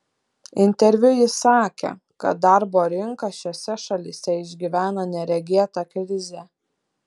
interviu ji sakė kad darbo rinka šiose šalyse išgyvena neregėtą krizę